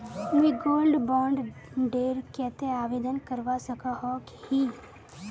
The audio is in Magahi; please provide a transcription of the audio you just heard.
मुई गोल्ड बॉन्ड डेर केते आवेदन करवा सकोहो ही?